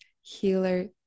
healer